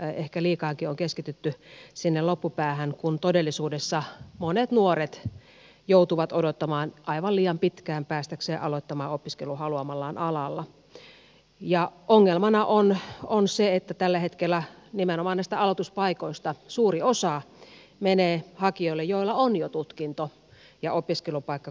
ehkä liikaakin on keskitytty sinne loppupäähän kun todellisuudessa monet nuoret joutuvat odottamaan aivan liian pitkään päästäkseen aloittamaan opiskelun haluamallaan alalla ja ongelmana on se että tällä hetkellä nimenomaan näistä aloituspaikoista suuri osa menee hakijoille joilla on jo tutkinto ja opiskelupaikka korkeakouluissa